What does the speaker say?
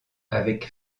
avec